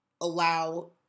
allow